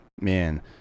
man